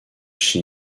sur